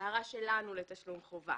ההערה שלנו ל"תשלום חובה"